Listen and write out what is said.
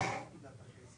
לעשות את זה חד